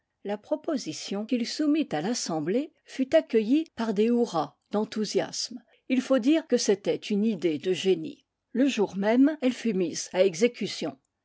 la proposition qu il é soumit à l'assemblée fut accueillie par des hourras d'en thousiasme il faut dire que c'était une idée de génie le jour même elle fut mise à exécution